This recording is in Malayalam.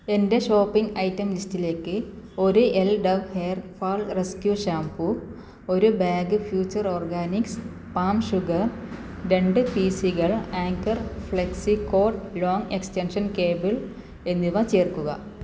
എന്റെ ഷോപ്പിംഗ് ഐറ്റം ലിസ്റ്റിലേക്ക് ഒരു L Dove hair fall rescue shampoo ഒരു bag Future Organics palm sugar രണ്ടു പിസികൾ Anchor flexi cord long extension cable എന്നിവ ചേർക്കുക